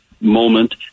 moment